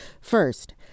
First